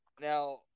Now